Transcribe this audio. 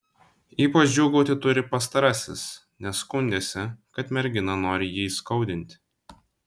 ypač džiūgauti turi pastarasis nes skundėsi kad mergina nori jį įskaudinti